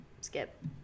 skip